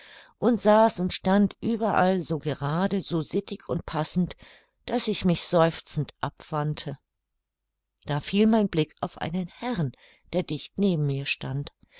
und saß und stand überall so gerade so sittig und passend daß ich mich seufzend abwandte da fiel mein blick auf einen herrn der dicht neben mir stand